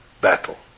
battle